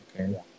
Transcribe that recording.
Okay